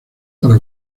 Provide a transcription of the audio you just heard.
para